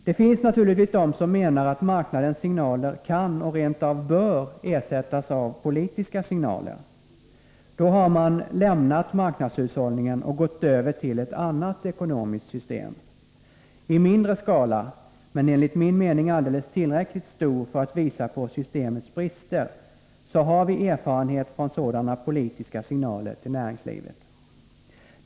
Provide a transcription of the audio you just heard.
Det finns naturligtvis de som menar att marknadernas signaler kan och rent av bör ersättas av politiska signaler. Då har man lämnat marknadshushållningen och gått över till ett annat ekonomiskt system. I mindre skala — men enligt min mening alldeles tillräckligt stor för att visa på systemets brister — har vi erfarenhet från sådana politiska signaler i näringslivet.